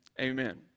amen